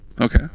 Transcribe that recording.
Okay